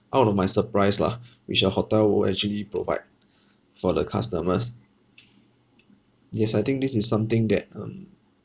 out of my surprise lah which your hotel will actually provide for the customers yes I think this is something that um